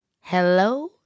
Hello